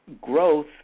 growth